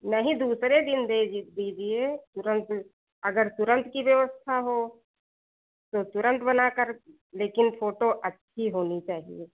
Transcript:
नहीं दूसरे दिन दे जी दीजिए तुरंत अगर तुरंत कि व्यवस्था हो तो तुरंत बनाकर लेकिन फोटो अच्छी होनी चाहिए